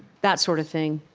that sort of thing,